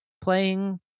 playing